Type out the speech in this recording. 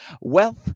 wealth